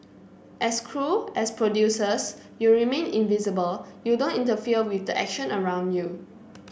as crew as producers you remain invisible you don't interfere with the action around you